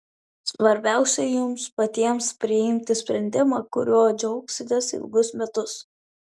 svarbiausia jums patiems priimti sprendimą kuriuo džiaugsitės ilgus metus